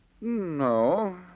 No